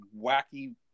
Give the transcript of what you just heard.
wacky